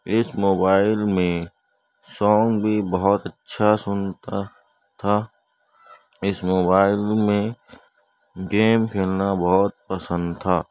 اس mobile میں song بھی بہت اچھا سنتا تھا اس موبائل میں گیم کھیلنا بہت پسند تھا